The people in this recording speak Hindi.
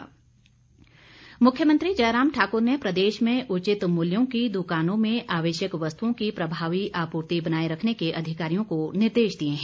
मुख्यमंत्री मुख्यमंत्री जयराम ठाकुर ने प्रदेश में उचित मूल्यों की दुकानों में आवश्यक वस्तुओं की प्रभावी आपूर्ति बनाए रखने के अधिकारियों को निर्देश दिए हैं